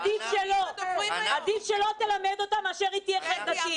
עדיף שלא תלמד אותם מאשר תהיה חרדתית.